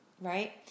right